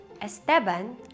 Esteban